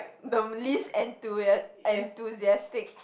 the least enthus~ enthusiastic